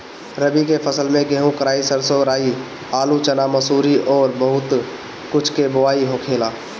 रबी के फसल में गेंहू, कराई, सरसों, राई, आलू, चना, मसूरी अउरी बहुत कुछ के बोआई होखेला